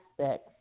aspects